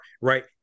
right